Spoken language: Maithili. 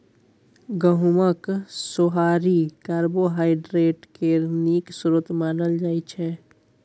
गहुँमक सोहारी कार्बोहाइड्रेट केर नीक स्रोत मानल जाइ छै